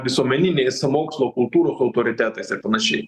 visuomeniniais mokslo kultūros autoritetais ir panašiai